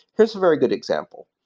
here's a very good example,